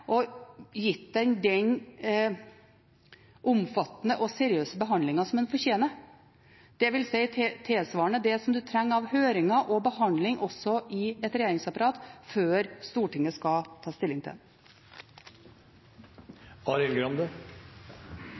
og gitt den den omfattende og seriøse behandlingen som den fortjener, dvs. tilsvarende det som en trenger av høringer og behandling også i et regjeringsapparat før Stortinget skal ta stilling til den.